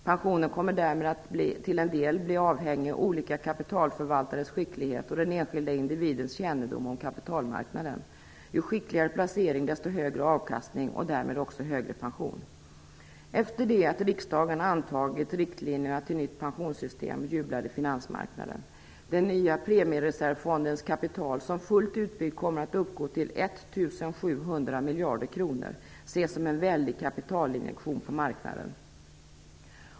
Pensionen kommer därmed att till en del bli avhängig olika kapitalförvaltares skicklighet och den enskilda individens kännedom om kapitalmarknaden. Ju skickligare placering, desto högre avkastning och därmed högre pension. Efter det att riksdagen antagit riktlinjerna till nytt pensionssystem jublade finansmarknaden. De nya premiereservfondernas kapital, som fullt utbyggda kommer att uppgå till 1 700 miljarder kronor, ses som en väldig kapitalinjektion på marknaden.